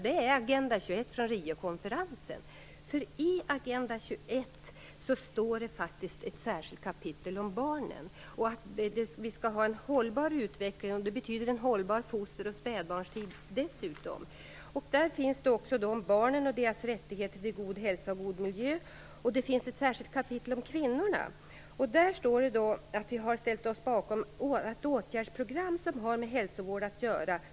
Det är Agenda 21 från Riokonferensen. I Agenda 21 finns det ett särskilt kapitel om barnen. Vi skall ha en hållbar utveckling, och det innebär dessutom en hållbar foster och spädbarnstid. Vidare står det om barnen och deras rätt till god hälsa och god miljö. Det finns också ett särskilt kapitel om kvinnor. Vi har ställt oss bakom ett åtgärdsprogram som har med hälsovård att göra.